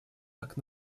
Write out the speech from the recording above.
так